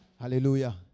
Hallelujah